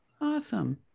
Awesome